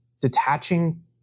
detaching